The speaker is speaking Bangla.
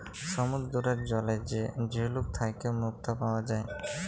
সমুদ্দুরের জলে যে ঝিলুক থ্যাইকে মুক্তা পাউয়া যায়